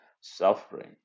suffering